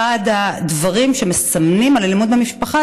אחד הדברים שמסמנים אלימות במשפחה,